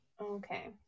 Okay